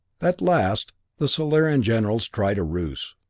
at last the solarian generals tried a ruse,